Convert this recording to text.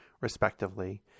respectively